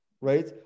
right